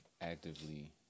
actively